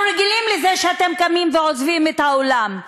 אנחנו רגילים לזה שאתם קמים ועוזבים את האולם.